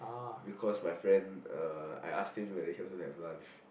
because my friend uh I asked him whether he wants to have lunch